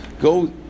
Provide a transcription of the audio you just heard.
Go